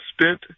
spent